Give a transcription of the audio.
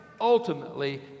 ultimately